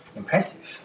impressive